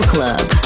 Club